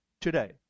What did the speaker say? today